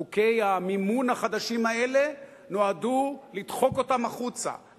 חוקי המימון החדשים האלה נועדו לדחוק אותם החוצה,